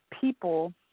people